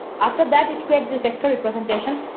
after that it creates this victory presentation,